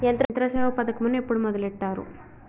యంత్రసేవ పథకమును ఎప్పుడు మొదలెట్టారు?